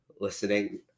Listening